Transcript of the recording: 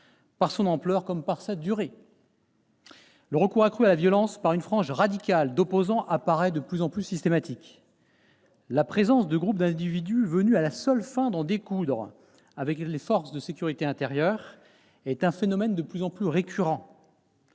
par son ampleur, comme par sa durée. Le recours accru à la violence par une frange radicale d'opposants apparaît de plus en plus systématique. La présence de groupes d'individus, venus à la seule fin d'en découdre avec les forces de sécurité intérieure, est un phénomène de plus en plus récurrent.